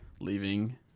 Leaving